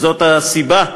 וזאת הסיבה,